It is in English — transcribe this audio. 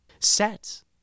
Sets